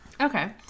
Okay